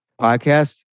podcast